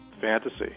fantasy